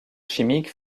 chimiques